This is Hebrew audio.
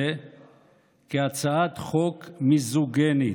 שזה עצוב,